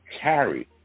carry